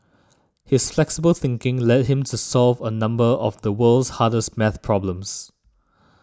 his flexible thinking led him to solve a number of the world's hardest math problems